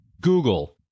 Google